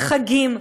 בחגים,